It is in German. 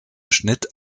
schnitt